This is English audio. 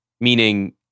Meaning